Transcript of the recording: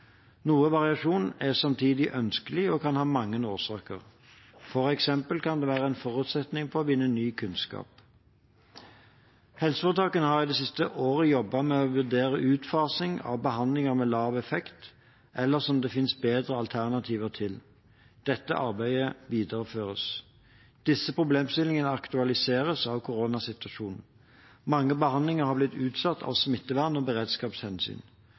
Noe variasjon er samtidig ønskelig og kan ha mange årsaker. For eksempel kan det være en forutsetning for å vinne ny kunnskap. Helseforetakene har det siste året jobbet med å vurdere utfasing av behandlinger med lav effekt eller som det finnes bedre alternativer til. Dette arbeidet videreføres. Disse problemstillingene aktualiseres av koronasituasjonen. Mange behandlinger har blitt utsatt av smittevern- og beredskapshensyn.